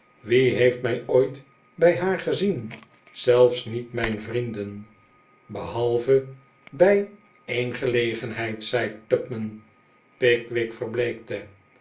wie heeft mij ooit bij haar gezien zelfs niet mijn vrienden behalve bij een gelegenheid zei tupman pickwick verbleekte